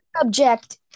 subject